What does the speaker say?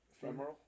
Femoral